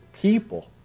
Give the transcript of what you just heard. people